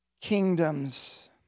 kingdoms